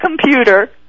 computer